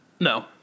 No